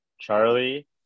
Charlie